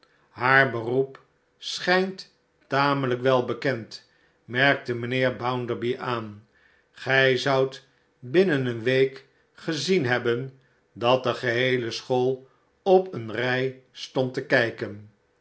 haar beroep schijnt tamelijk wel bekend merkte mijnheer bounderby aan gij zoudt binnen eene week gezien hebben dat de geheele school op eene rij stond te kijken